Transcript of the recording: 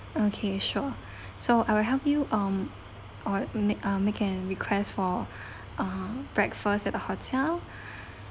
okay sure so I will help you um or make a requests for uh breakfast at the hotel